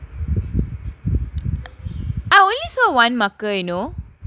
I only saw one marker you know